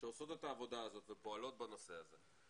שעושות את העבודה הזאת ופועלות בנושא הזה.